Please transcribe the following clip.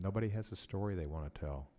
nobody has a story they want to tell